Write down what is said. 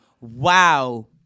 wow